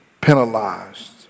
penalized